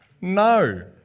No